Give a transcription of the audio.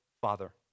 father